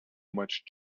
much